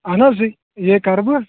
اہَن حظ یے کَرٕ بہٕ